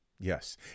Yes